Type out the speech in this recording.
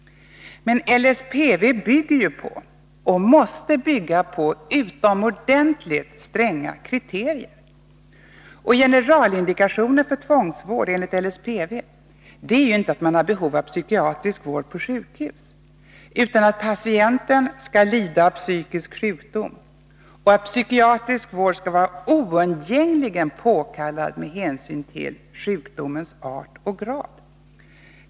Men LSPV bygger på — och måste bygga på — utomordentligt stränga kriterier. Generalindikationen för tvångsvård enligt LSPV är ju inte att man har behov av psykiatrisk vård på sjukhus, utan att patienten skall lida av psykisk sjukdom och att psykiatrisk vård skall vara oundgängligen påkallad med hänsyn till sjukdomens art och grad.